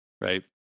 Right